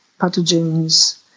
pathogens